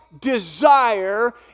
desire